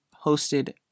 hosted